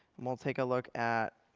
and we'll take a look at